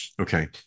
okay